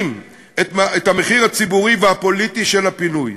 את המחיר הציבורי והפוליטי של הפינוי,